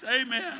Amen